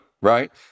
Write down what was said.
right